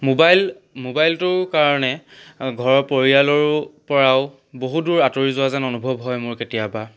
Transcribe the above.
mobile মোবাইলটো কাৰণে ঘৰৰ পৰিয়ালৰো পৰাও বহু দূৰ আঁতৰি যোৱা যেন অনুভৱ হয় মোৰ কেতিয়াবা